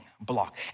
block